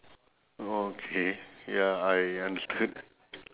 okay ya I understood